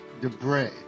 Debray